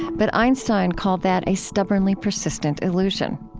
but einstein called that a stubbornly persistent illusion.